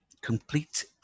complete